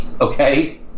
okay